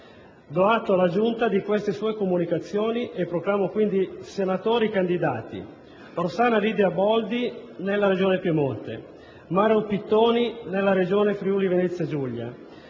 Do atto alla Giunta di queste sue comunicazioni e proclamo quindi senatori i candidati Rossana Lidia Boldi, nella Regione Piemonte, Mario Pittoni, nella Regione Friuli-Venezia Giulia,